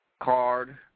card